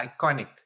iconic